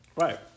Right